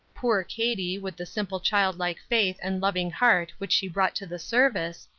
poor katie, with the simple child-like faith and loving heart which she brought to the service,